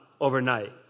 overnight